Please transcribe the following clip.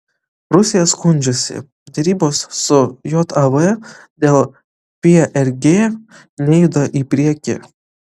rusija skundžiasi derybos su jav dėl prg nejuda į priekį